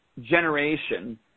generation